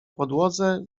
podłodze